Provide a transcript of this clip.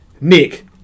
Nick